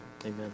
amen